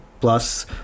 plus